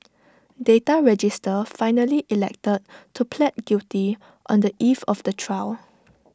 data register finally elected to plead guilty on the eve of the trial